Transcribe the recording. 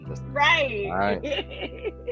Right